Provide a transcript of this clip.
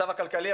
הכלכלי,